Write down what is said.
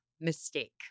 mistake